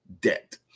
debt